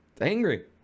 angry